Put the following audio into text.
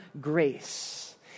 grace